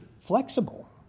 flexible